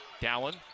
Dallin